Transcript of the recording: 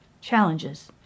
challenges